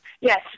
Yes